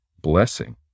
blessing